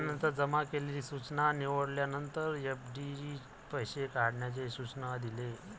त्यानंतर जमा केलेली सूचना निवडल्यानंतर, एफ.डी पैसे काढण्याचे सूचना दिले